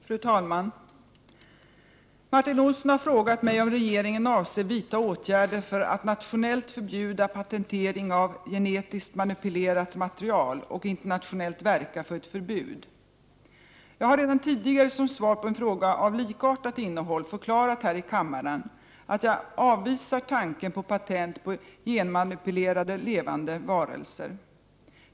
Fru talman! Martin Olsson har frågat mig om regeringen avser vidta åtgärder för att nationellt förbjuda patentering av genetiskt manipulerat material och internationellt verka för ett förbud. Jag har redan tidigare, som svar på en fråga av likartat innehåll, förklarat häri kammaren att jag avvisar tanken på patent på genmanipulerade levande varelser.